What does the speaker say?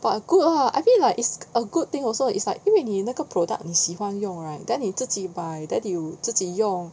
but good lah I think like it's a good thing also it's like 因为你那个 product 你喜欢用 right then 你自己买 then 你有自己用